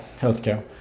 healthcare